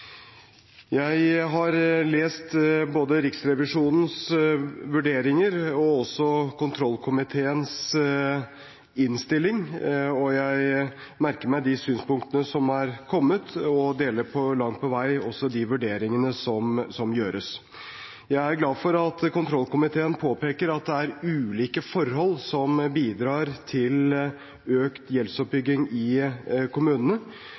Jeg har lest både Riksrevisjonens vurderinger og kontrollkomiteens innstilling. Jeg merker meg de synspunktene som er kommet, og deler langt på vei også de vurderingene som gjøres. Jeg er glad for at kontrollkomiteen påpeker at det er ulike forhold som bidrar til økt gjeldsoppbygging i kommunene,